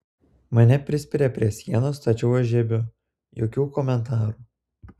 mane prispiria prie sienos tačiau aš žiebiu jokių komentarų